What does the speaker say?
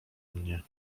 mnie